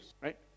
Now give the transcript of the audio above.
right